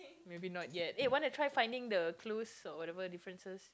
maybe not yet eh want to try finding the clues or whatever differences